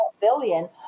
billion